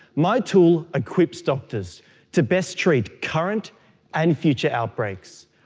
my tool equips doctors to best treat current and future outbreaks.